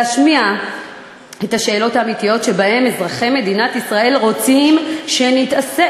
להשמיע את השאלות האמיתיות שבהן אזרחי מדינת ישראל רוצים שנתעסק,